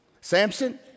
Samson